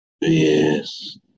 Yes